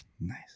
Nice